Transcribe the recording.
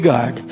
God